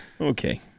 Okay